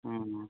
हुँ हुँ